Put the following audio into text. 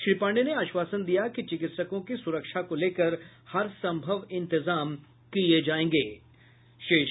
श्री पांडेय ने आश्वासन दिया कि चिकित्सकों की सुरक्षा को लेकर हरसंभव इंतजाम किये जायेंगे